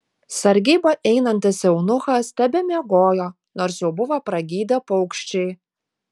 sargybą einantis eunuchas tebemiegojo nors jau buvo pragydę paukščiai